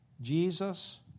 Jesus